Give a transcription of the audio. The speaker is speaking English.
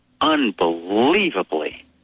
unbelievably